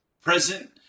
present